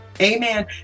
Amen